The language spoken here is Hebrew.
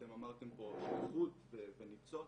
אתם אמרתם פה שליחות וניצוץ,